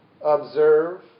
observe